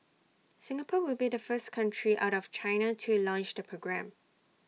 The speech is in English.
Singapore will be the first country out of China to launch the programme